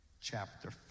chapter